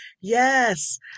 Yes